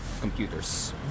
computers